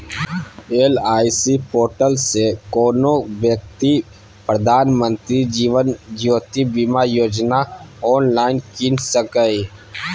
LIC portal सँ कोनो बेकती प्रधानमंत्री जीबन ज्योती बीमा योजना आँनलाइन कीन सकैए